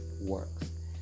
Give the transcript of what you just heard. works